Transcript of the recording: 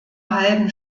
halben